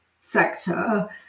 sector